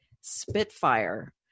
Spitfire